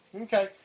Okay